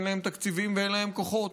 אין להן תקציבים ואין להן כוחות,